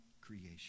creation